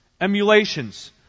emulations